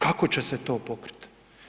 Kako će se to pokriti?